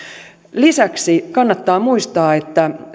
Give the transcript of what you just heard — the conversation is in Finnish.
lisäksi kannattaa muistaa että